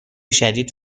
شدید